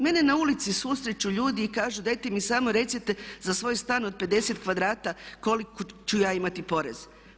Mene na ulici susreću ljudi i kažu dajte mi samo recite za svoj stan od 50 kvadrata koliko ću ja imati porez.